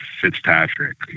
Fitzpatrick